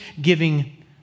giving